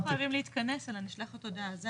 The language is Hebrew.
גם לא חייבים להתכנס, אלא נשלחת הודעה.